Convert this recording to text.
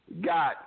got